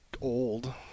old